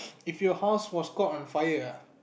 if you house was caught on fire ah